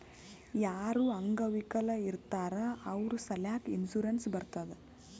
ಯಾರು ಅಂಗವಿಕಲ ಇರ್ತಾರ್ ಅವ್ರ ಸಲ್ಯಾಕ್ ಇನ್ಸೂರೆನ್ಸ್ ಇರ್ತುದ್